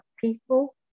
people